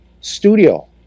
studio